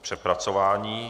Přepracování.